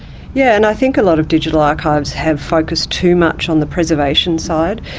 yeah and i think a lot of digital archives have focused too much on the preservation side.